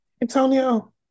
Antonio